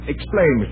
Explain